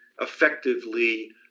effectively